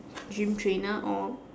gym trainer or